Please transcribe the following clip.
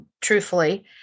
truthfully